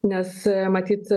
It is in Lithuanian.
nes matyt